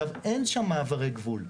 עכשיו, אין שם מעברי גבול.